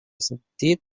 sentit